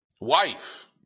Wife